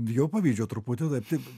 jau pavyzdžiu truputį taip taip